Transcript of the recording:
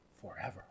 forever